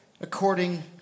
according